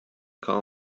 call